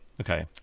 Okay